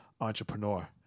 entrepreneur